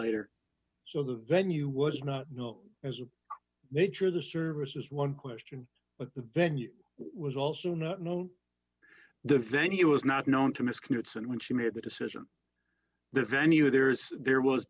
later so the venue was not built as the nature of the service is one question but the venue was also not nil the venue was not known to miss commutes and when she made the decision the venue there is there was